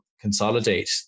consolidate